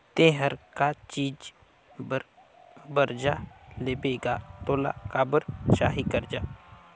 ते हर का चीच बर बरजा लेबे गा तोला काबर चाही करजा